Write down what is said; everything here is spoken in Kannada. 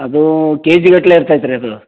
ಅದೂ ಕೆ ಜಿಗಟ್ಟಲೆ ಇರ್ತೈತಿ ರೀ ಅದು